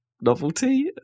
novelty